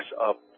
up